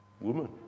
woman